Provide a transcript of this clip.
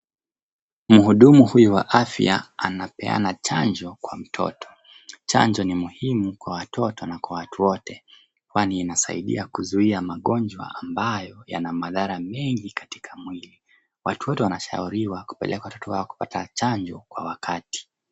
Mhudumu huyu wa afya anapeana chanjo kwa mtoto. Chanjo ni muhimu kwa watoto na kwa watu wote kwani inasaidia kuzuia magonjwa ambayo yana madhara mengi katika mwili. Watu wote wanashauriwa kupeleka watoto wao kupata chanjo kwa wakati.